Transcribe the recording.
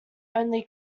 only